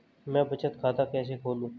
मैं बचत खाता कैसे खोलूं?